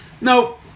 Nope